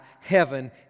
heaven